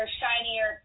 shinier